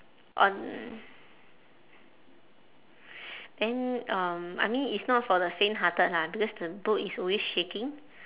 on then um I mean it's not for the faint-hearted lah because the boat is always shaking